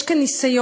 יש כאן ניסיון,